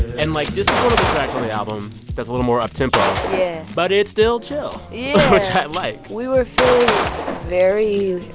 and, like, this is one of the tracks on the album that's a little more up-tempo yeah but it's still chill. yeah. which i like we were feeling very